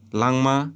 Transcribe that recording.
langma